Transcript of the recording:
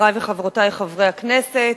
חברי וחברותי חברי הכנסת,